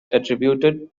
attributed